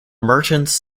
merchants